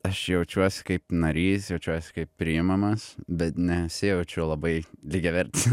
aš jaučiuosi kaip narys jaučiuosi kaip priimamas bet nesijaučiu labai lygiavertis